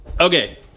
Okay